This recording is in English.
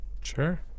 Sure